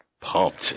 pumped